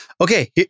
okay